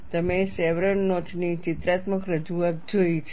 તમે chevron notch ની ચિત્રાત્મક રજૂઆત જોઈ છે